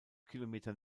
kilometer